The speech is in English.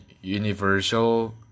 universal